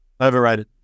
Overrated